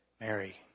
Mary